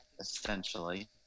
essentially